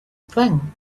thing